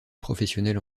professionnel